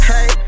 Hey